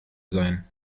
sein